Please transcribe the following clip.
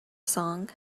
song